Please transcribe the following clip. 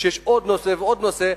ויש עוד נושא ועוד נושא,